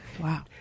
Wow